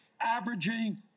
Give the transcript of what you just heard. averaging